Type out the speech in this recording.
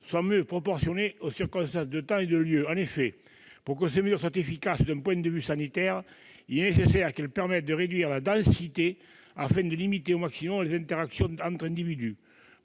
soient mieux proportionnées aux circonstances de temps et de lieu. En effet, pour que ces mesures soient efficaces d'un point de vue sanitaire, il est nécessaire qu'elles permettent de réduire la densité afin de limiter au maximum les interactions entre individus.